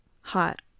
hot